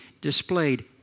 displayed